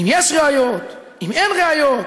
אם יש ראיות, אם אין ראיות,